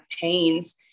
pains